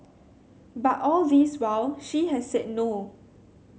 but all this while she has said no